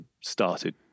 started